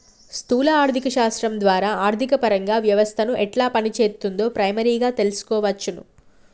స్థూల ఆర్థిక శాస్త్రం ద్వారా ఆర్థికపరంగా వ్యవస్థను ఎట్లా పనిచేత్తుందో ప్రైమరీగా తెల్సుకోవచ్చును